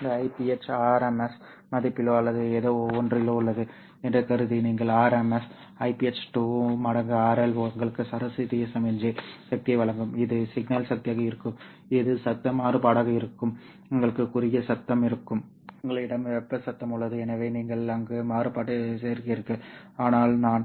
இந்த Iph RMS மதிப்பிலோ அல்லது ஏதோவொன்றிலோ உள்ளது என்று கருதி நீங்கள் RMS Iph 2 மடங்கு RL உங்களுக்கு சராசரி சமிக்ஞை சக்தியை வழங்கும் இது சிக்னல் சக்தியாக இருக்கும் இது சத்தம் மாறுபாடாக இருக்கும் உங்களுக்கு குறுகிய சத்தம் இருக்கும் உங்களிடம் வெப்ப சத்தம் உள்ளது எனவே நீங்கள் அங்கு மாறுபாட்டைச் சேர்க்கிறீர்கள் ஆனால் நான்